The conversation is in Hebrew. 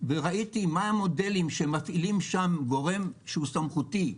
וראיתי מה המודלים שמפעילים בהם גורם סמכותי,